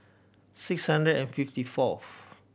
six Sunday and fifty fourth